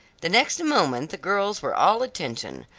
the next moment the girls were all attention.